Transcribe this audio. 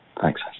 thanks